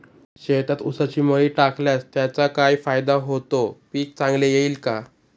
शेतात ऊसाची मळी टाकल्यास त्याचा काय फायदा होतो, पीक चांगले येईल का?